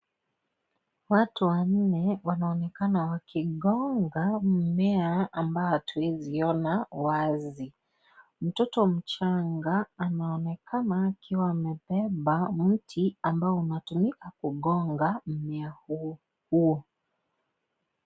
Watu wanne wanaonekana wakigonga mmea ambao hatuwezi ona wazi. Mtoto mchanga anaonekana akiwa amebeba mti ambao unatumika kugonga mmea huo.